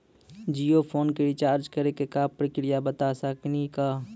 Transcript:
Jio phone के recharge करे के का प्रक्रिया बता साकिनी का?